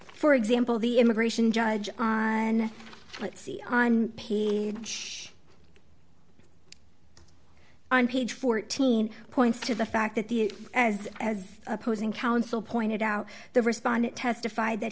for example the immigration judge and let's see on page on page fourteen points to the fact that the as as opposing counsel pointed out the respondent testified that